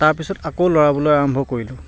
তাৰপিছত আকৌ লৰাবলৈ আৰম্ভ কৰিলোঁ